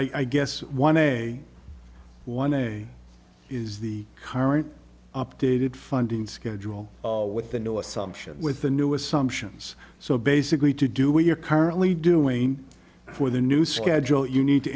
i guess one day one day is the current updated funding schedule with the new assumption with the new assumptions so basically to do what you're currently doing for the new schedule you need to